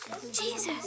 Jesus